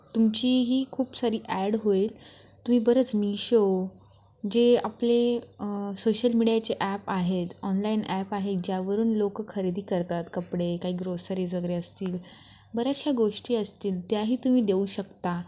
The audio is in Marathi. तुमचीही खूप सारी ॲड होईल तुम्ही बरंच मिशो जे आपले सोशल मीडियाचे ॲप आहेत ऑनलाईन ॲप आहेत ज्यावरून लोक खरेदी करतात कपडे काही ग्रोसरीज वगैरे असतील बऱ्याचशा गोष्टी असतील त्याही तुम्ही देऊ शकता